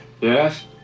Yes